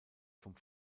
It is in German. vom